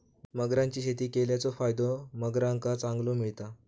मगरांची शेती केल्याचो फायदो मगरांका चांगलो मिळता